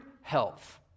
health